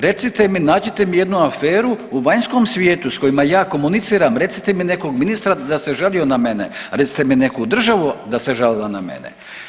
Recite mi, nađite mi jednu aferu u vanjskom svijetu s kojima ja komuniciram, recite mi jednog nekog ministra da se žalio na mene, recite mi neku državu da se žalila na mene.